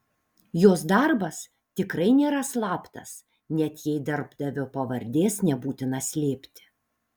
jos darbas tikrai nėra slaptas net jei darbdavio pavardės nebūtina slėpti